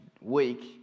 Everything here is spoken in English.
week